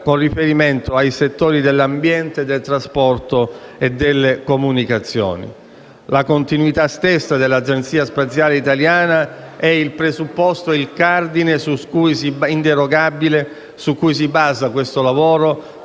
con riferimento ai settori dell'ambiente, del trasporto e delle telecomunicazioni. La continuità stessa dell'Agenzia spaziale italiana è, infatti, il presupposto e il cardine inderogabile su cui si basa questo lavoro